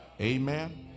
Amen